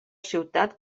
ciutat